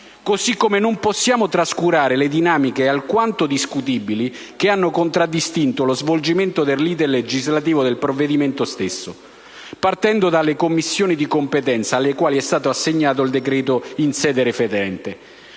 Così come non possiamo trascurare le dinamiche alquanto discutibili che hanno contraddistinto lo svolgimento dell'*iter* legislativo del provvedimento stesso, a partire dalle Commissioni di competenza alle quali è stata assegnata il decreto in sede referente.